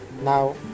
Now